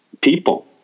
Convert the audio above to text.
people